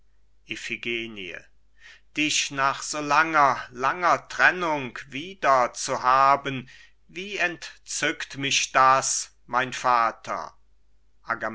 dich nach so langer langer trennung wieder zu haben wie entzückt mich das mein vater